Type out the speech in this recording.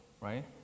Right